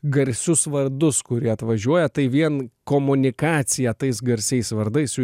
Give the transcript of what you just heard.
garsius vardus kurie atvažiuoja tai vien komunikacija tais garsiais vardais jų